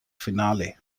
finale